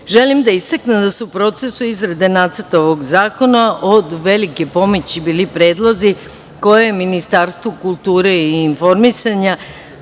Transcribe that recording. da istaknem da su u procesu izrade nacrta ovog zakona od velike pomoći bili predlozi koje je Ministarstvu kulture i informisanja